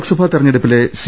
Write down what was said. ലോക്സഭാ തിരഞ്ഞെടുപ്പിലെ സി